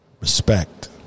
Respect